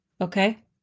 Okay